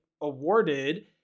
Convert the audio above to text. awarded